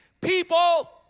people